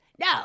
no